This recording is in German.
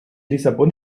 lissabon